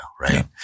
right